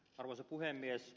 arvoisa puhemies